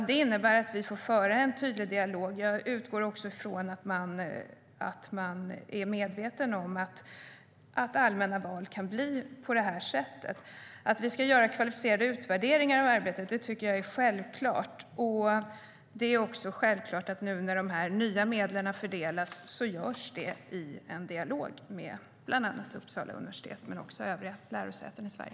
Det innebär att vi får föra en tydlig dialog. Jag utgår från att man är medveten om att allmänna val kan bli på det här sättet. Att vi ska göra kvalificerade utvärderingar av arbetet tycker jag är självklart. Det är också självklart att när nu nya medel fördelas görs det i dialog med bland annat Uppsala universitet men också med övriga lärosäten i Sverige.